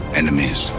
enemies